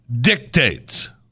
dictates